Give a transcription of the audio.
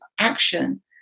action